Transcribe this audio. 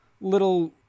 little